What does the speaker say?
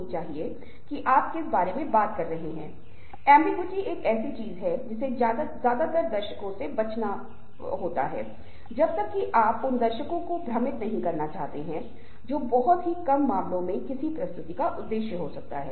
और जब हम आवाज के बारे में बात करते हैं तो आवाज भावनाओं को ले जाने का प्रबंधन करती है और वह बहुत दिलचस्प निहितार्थ हैं कि हम लोगों का मूल्यांकन कैसे करते हैं कि वे ईमानदार बेईमान ईमानदार हैं